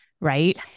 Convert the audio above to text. right